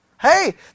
Hey